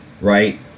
right